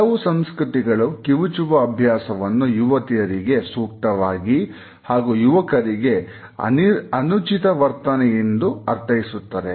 ಕೆಲವು ಸಂಸ್ಕೃತಿಗಳು ಕಿವುಚುವ ಅಭ್ಯಾಸವನ್ನು ಯುವತಿಯರಿಗೆ ಸೂಕ್ತವಾಗಿ ಹಾಗೂ ಯುವಕರಿಗೆ ಅನುಚಿತ ವರ್ತನೆಯನ್ನು ಅರ್ಥೈಸುತ್ತದೆ